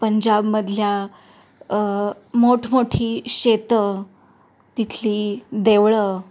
पंजाबमधल्या मोठमोठी शेतं तिथली देवळं